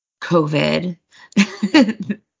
COVID